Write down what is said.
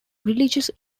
religious